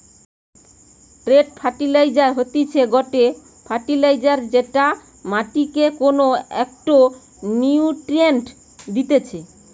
straight fertilizer হতিছে গটে fertilizer যেটা মাটিকে কোনো একটো নিউট্রিয়েন্ট দিতেছে